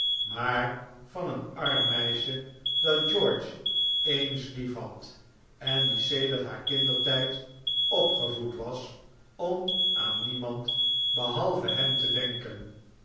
maar van een arm meisje dat george eens lief had en die sedert haar kindertijd opgevoed was om aan niemand behalve hem te denken